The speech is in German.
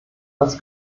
das